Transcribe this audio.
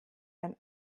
wenn